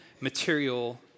material